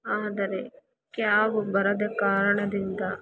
ಆದರೆ ಕ್ಯಾಬ್ ಬರದ ಕಾರಣದಿಂದ